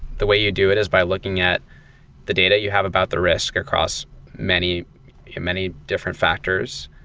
the way you do it is by looking at the data you have about the risk across many many different factors.